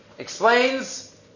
explains